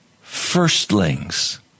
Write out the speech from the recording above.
firstlings